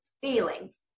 feelings